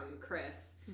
Chris